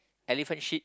elephant shit